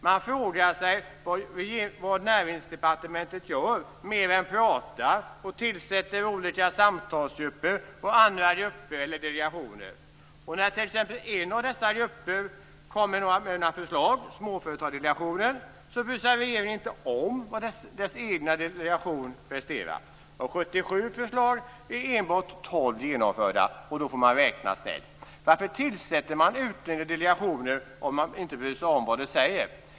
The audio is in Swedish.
Man frågar sig vad Näringsdepartementet mer gör än pratar och tillsätter olika samtalsgrupper och andra grupper eller delegationer. Och när t.ex. en av dessa grupper, Småföretagsdelegationen, kom med några förslag brydde sig regeringen inte om vad dess egen delegation presterade. Av 77 förslag är enbart 12 genomförda, och då får man räkna snällt. Varför tillsätter man utredningar och delegationer om man inte bryr sig om vad de säger?